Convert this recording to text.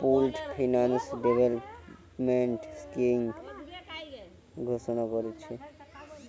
pooled finance development scheme ঘোষণা কোরেছে